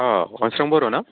अह अनस्रां बर' ना